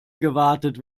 gewartet